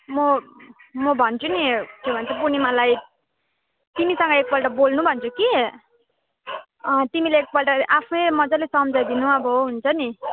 म म भन्छु नि के भन्छ पूर्णिमालाई तिमीसँग एकपल्ट बोल्नु भन्छु कि तिमीले एकपल्ट आफै मजाले सम्झाइदिनु अब हुन्छ नि